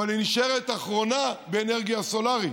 אבל היא נשארת אחרונה באנרגיה סולרית.